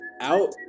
out